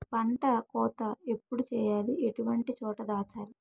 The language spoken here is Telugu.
పంట కోత ఎప్పుడు చేయాలి? ఎటువంటి చోట దాచాలి?